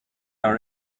our